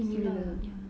similar